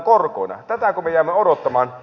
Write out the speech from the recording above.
tätäkö me jäämme odottamaan